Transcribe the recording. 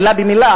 מלה במלה,